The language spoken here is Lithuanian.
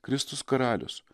kristus karalius